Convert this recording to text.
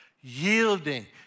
yielding